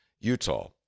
Utah